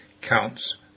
counts